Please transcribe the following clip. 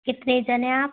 कितने जन हैं आप